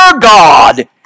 God